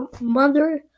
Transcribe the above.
mother